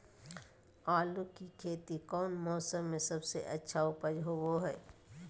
आलू की खेती कौन मौसम में सबसे अच्छा उपज होबो हय?